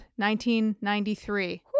1993